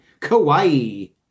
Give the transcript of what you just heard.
Kawaii